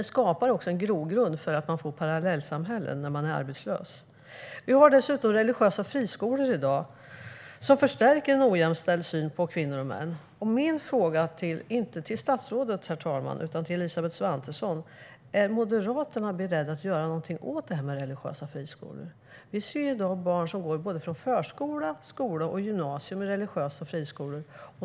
Det skapar en grogrund för parallellsamhällen när man är arbetslös. Vi har religiösa friskolor i dag som förstärker en ojämställd syn på kvinnor och män. Min fråga, inte till statsrådet utan till Elisabeth Svantesson, är om Moderaterna är beredda att göra något åt de religiösa friskolorna. Vi ser i dag barn som går i såväl förskola och grundskola som gymnasium i religiösa friskolor.